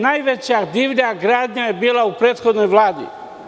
Najveća divlja gradnja je bila u prethodnoj Vladi.